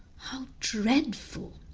how dreadful!